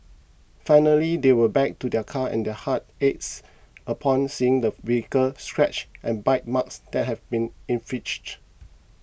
finally they were back to their car and their hearts ached upon seeing the scratches and bite marks that had been inflicted